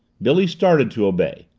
billy started to obey.